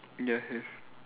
ya have